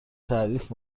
تعریف